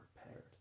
prepared